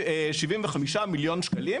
75 מיליון שקלים,